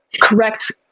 correct